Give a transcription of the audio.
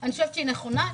אני חושבת שהיא נכונה.